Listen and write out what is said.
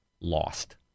lost